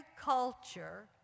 culture